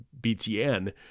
BTN